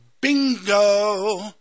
bingo